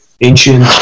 ancient